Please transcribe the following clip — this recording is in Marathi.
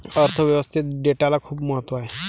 अर्थ व्यवस्थेत डेटाला खूप महत्त्व आहे